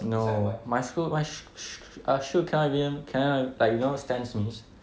no my school white sh~ sh~ uh shoe cannot eve~ cannot like you know